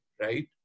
right